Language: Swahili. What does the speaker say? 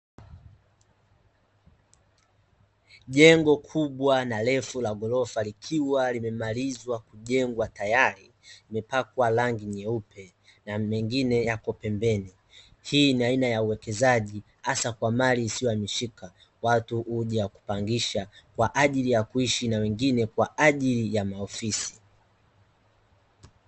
Jengo kubwa na refu la ghorofa, likiwa limemalizwa kujengwa tayari, limepakwa rangi nyeupe na mengine yapo pembeni, hii ni aina ya uwekezaji hasa kwa mali isiyohamishika, watu huja kupangisha kwa ajili ya kuishi na wengine kwa ajili ya ofisi.